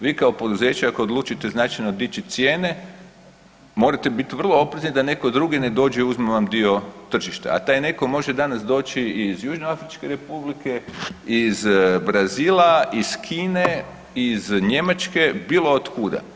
Vi kao poduzeće ako odlučite značajno dići cijene morate biti vrlo oprezni da netko drugi ne dođe i uzme vam dio tržišta, a taj netko može danas doći iz Južnoafričke Republike, iz Brazila, iz Kine, iz Njemačke, bilo od kuda.